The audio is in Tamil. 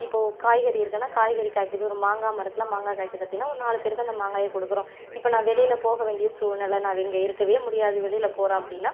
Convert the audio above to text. இப்போது காய்கறி இருக்குதுன்னா காய்கறி காய்க்குது ஒரு மாங்காய் மரத்தில் மாங்காய் காய்க்குது அப்படின்னா ஒரு நாலு பேருக்கு அந்த மாங்காயை கொடுக்குறோம் இப்போ நான் வெளியில் போக வேண்டிய சூழ்நிலை நான் இங்கே இருக்கவே முடியாது வெளியில் போகிறன் அப்படின்னா